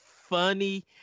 funny